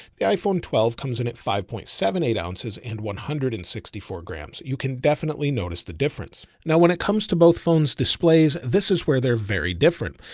the iphone twelve comes in at five point seven, eight ounces and one hundred and sixty four grams. you can definitely notice the difference. now when it comes to both phones displays, this is where they're very different.